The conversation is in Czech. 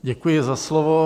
Děkuji za slovo.